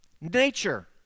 nature